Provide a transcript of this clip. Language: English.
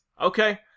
Okay